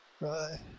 Right